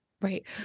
Right